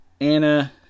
Anna